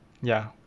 ya